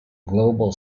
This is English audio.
global